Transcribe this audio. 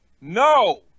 No